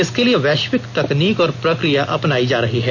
इसके लिए वैश्विक तकनीक और प्रक्रिया अपनाई जा रही है